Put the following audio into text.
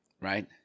right